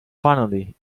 finally